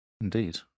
Indeed